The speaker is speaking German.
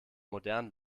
modern